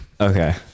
Okay